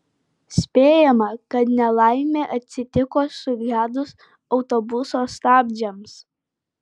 spėjama kad nelaimė atsitiko sugedus autobuso stabdžiams